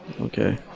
Okay